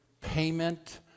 payment